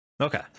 Okay